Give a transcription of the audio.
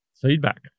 feedback